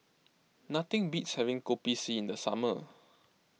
nothing beats having Kopi C in the summer